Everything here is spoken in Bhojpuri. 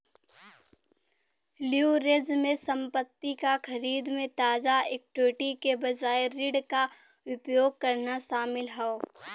लीवरेज में संपत्ति क खरीद में ताजा इक्विटी के बजाय ऋण क उपयोग करना शामिल हौ